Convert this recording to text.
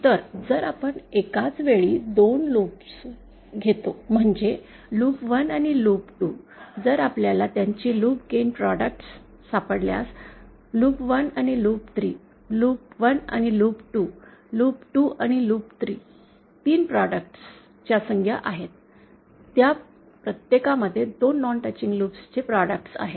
तर जर आपण एकाच वेळी दोन लूप घेतो म्हणजेच लूप 1 आणि लूप 2 जर आपल्याला त्यांची लूप गेन प्रॉडक्ट्स सापडल्यास लूप 1 आणि लूप 3 लूप 1 आणि लूप 2 लूप 2 आणि लूप 3 3 प्रॉडक्ट्स च्या संज्ञा आहेत त्या प्रत्येकामध्ये 2 नॉन टचिंग लूप ची प्रॉडक्ट्स आहेत